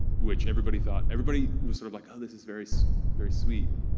which everybody thought. everybody was sort of like, oh, this is very so very sweet.